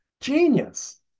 Genius